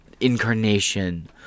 incarnation